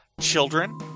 children